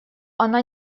она